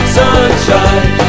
sunshine